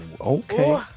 Okay